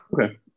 okay